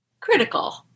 critical